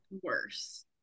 worse